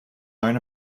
learn